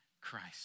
Christ